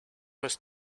was